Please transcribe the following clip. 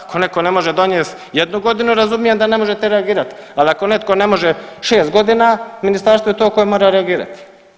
Ako neko ne može donijet jednu godinu razumijem da ne možete reagirat, ali ako netko ne može šest godina ministarstvo je to koje mora reagirat.